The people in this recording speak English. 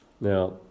Now